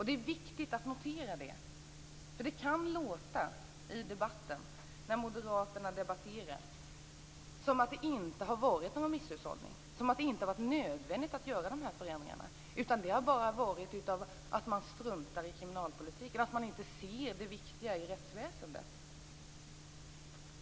Det är viktigt att notera det, för när moderaterna debatterar kan det låta som om det inte har varit någon misshushållning och inte har varit nödvändigt att göra de här förändringarna. Man har gjort dem för att man struntar i kriminalpolitiken och inte ser det viktiga i rättsväsendet.